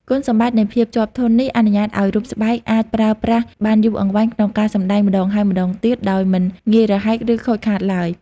គុណសម្បត្តិនៃភាពជាប់ធន់នេះ អនុញ្ញាតឱ្យរូបស្បែកអាចប្រើប្រាស់បានយូរអង្វែងក្នុងការសម្ដែងម្ដងហើយម្ដងទៀត ដោយមិនងាយរហែក ឬខូចខាតឡើយ។